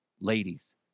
ladies